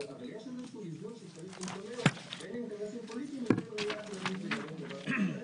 אבל יש שם איזשהו איזון בין אינטרסים פוליטיים לבין ראיה כללית ---.